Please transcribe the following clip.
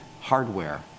hardware